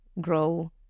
grow